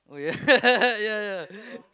oh yeah yeah yeah